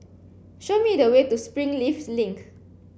show me the way to Springleafs Link